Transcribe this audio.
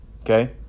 Okay